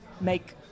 make